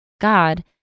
God